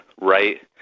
right